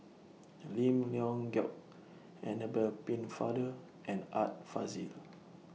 Lim Leong Geok Annabel Pennefather and Art Fazil